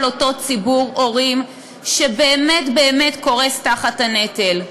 אותו ציבור הורים שבאמת באמת קורס תחת הנטל,